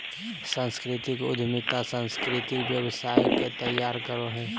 सांस्कृतिक उद्यमिता सांस्कृतिक व्यवसाय के तैयार करो हय